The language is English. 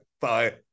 bye